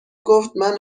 گفتمن